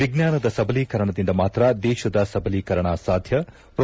ವಿಜ್ವಾನದ ಸಬಲೀಕರಣದಿಂದ ಮಾತ್ರ ದೇಶದ ಸಬಲೀಕರಣ ಸಾಧ್ಯ ಮ್ರೊ